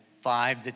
five